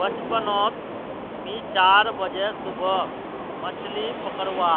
बचपन नोत मि चार बजे सुबह मछली पकरुवा